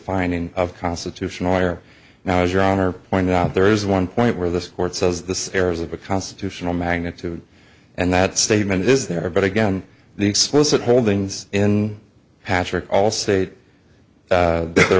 finding of constitutional lawyer now as your honor pointed out there is one point where this court says the errors of a constitutional magnitude and that statement is there but again the explicit holdings in hatch are all state that there